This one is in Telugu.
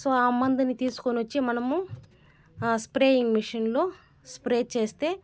సో ఆ ముందుని తీసుకొని వచ్చి మనము స్ప్రేయింగ్ మిషన్లో స్ప్రే చేస్తే